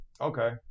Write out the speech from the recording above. Okay